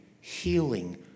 healing